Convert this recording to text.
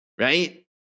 right